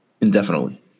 indefinitely